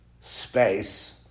space